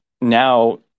now